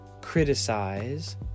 criticize